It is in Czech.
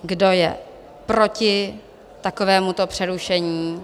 Kdo je proti takovémuto přerušení?